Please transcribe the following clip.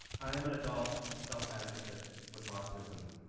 i am an adult self advocate with autism,